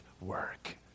work